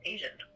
Asian